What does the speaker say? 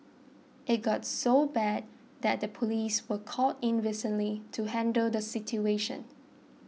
it got so bad that the police were called in recently to handle the situation